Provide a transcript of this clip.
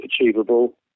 achievable